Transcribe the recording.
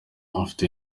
afite